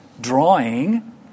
drawing